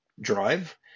Drive